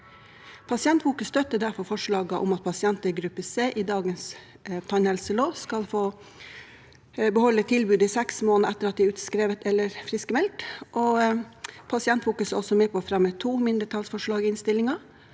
Pasientfokus støtter derfor forslaget om at pasienter i gruppe C i dagens tannhelselov skal få beholde tilbudet i seks måneder etter at de er utskrevet eller friskmeldt. Pasientfokus er også med på å fremme to mindretallsforslag i innstillingen.